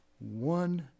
One